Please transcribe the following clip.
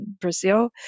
brazil